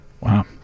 Wow